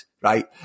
right